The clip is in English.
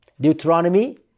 Deuteronomy